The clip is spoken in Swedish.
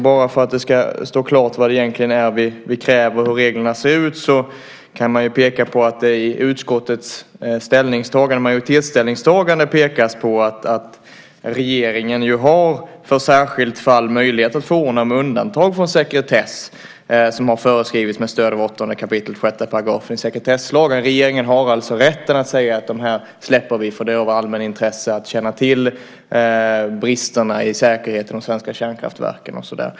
För att det ska stå klart vad vi egentligen vill och hur reglerna ser ut kan man peka på att det i majoritetens ställningstagande pekas på att regeringen i särskilda fall har möjlighet att förordna om undantag från sekretess som har föreskrivits med stöd av 8 kap. 6 § sekretesslagen. Regeringen har alltså rätt att häva sekretessen om man tycker att det är av allmänintresse att känna till bristerna i säkerheten vid svenska kärnkraftverk.